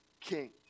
King